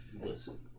listen